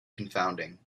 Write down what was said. confounding